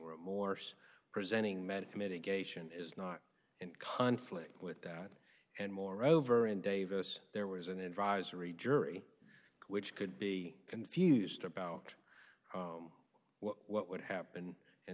remorse presenting medical mitigation is not in conflict with that and moreover in davis there was an advisory jury which could be confused about what would happen in